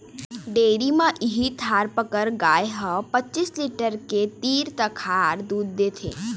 dairy म इहीं थारपकर गाय ह पचीस लीटर के तीर तखार दूद देथे